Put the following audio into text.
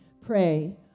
pray